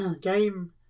game